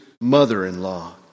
mother-in-law